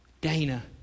Dana